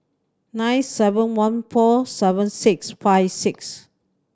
nine seven one four seven six five six